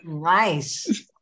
Nice